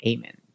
Amen